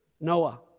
Noah